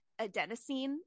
adenosine